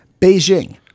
Beijing